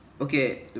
Okay